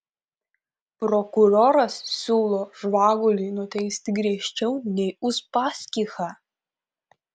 prokuroras siūlo žvagulį nuteisti griežčiau nei uspaskichą